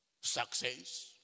success